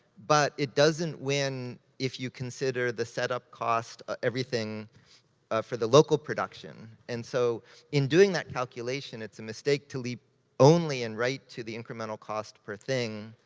but it doesn't win if you consider the setup cost, ah everything ah for the local production. and so in doing that calculation, it's a mistake to leap only in right to the incremental cost per thing.